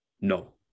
no